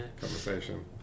conversation